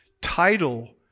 title